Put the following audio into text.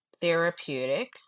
therapeutic